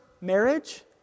marriage